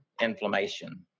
inflammation